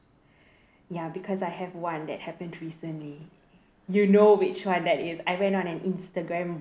ya because I have one that happened recently you know which [one] that is I went on an Instagram